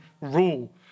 rule